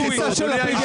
את